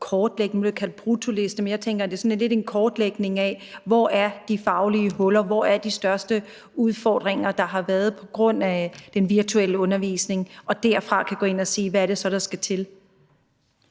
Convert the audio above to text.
kortlægning – nu bliver det kaldt en bruttoliste, men jeg tænker, at det sådan lidt er en kortlægning – af, hvor de faglige huller er, og hvor de største udfordringer, der har været på grund af den virtuelle undervisning, er, så man derfra kan gå ind og sige, hvad det så er, der skal til?